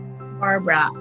Barbara